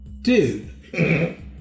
Dude